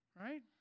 right